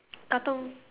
katong